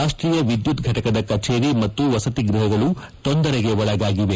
ರಾಷ್ಷೀಯ ವಿದ್ಲುತ್ ಫಟಕದ ಕಛೇರಿ ಮತ್ತು ವಸತಿ ಗೃಹಗಳು ತೊಂದರೆಗೆ ಒಳಗಾಗಿದೆ